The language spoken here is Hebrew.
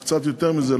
או קצת יותר מזה,